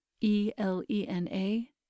E-L-E-N-A